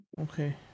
okay